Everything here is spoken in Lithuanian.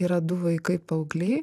yra du vaikai paaugliai